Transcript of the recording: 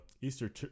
Easter